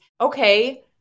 okay